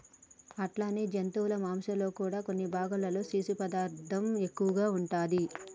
అట్లనే జంతువుల మాంసంలో కూడా కొన్ని భాగాలలో పీసు పదార్థం ఎక్కువగా ఉంటాది